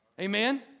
Amen